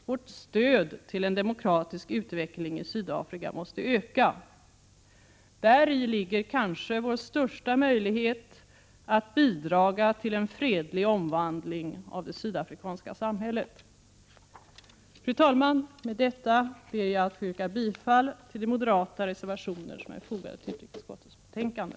Vårt stöd till en demokratisk utveckling i Sydafrika måste öka. Däri ligger kanske vår största möjlighet att bidra till en fredlig omvandling av det sydafrikanska samhället. Fru talman! Med detta ber jag att få yrka bifall till de moderata reservationer som är fogade till utrikesutskottets betänkande.